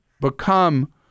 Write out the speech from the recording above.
become